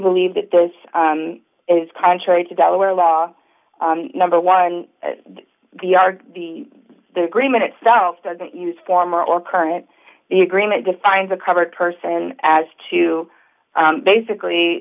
believe that this is contrary to delaware law number one the are the the agreement itself doesn't use former or current agreement defines a covered person as to basically